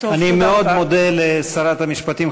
אני מאוד מודה לשרת המשפטים,